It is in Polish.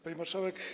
Pani Marszałek!